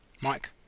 Mike